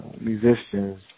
musicians